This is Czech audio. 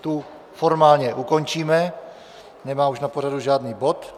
Tu formálně ukončíme, nemá už na pořadu žádný bod.